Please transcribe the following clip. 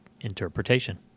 interpretation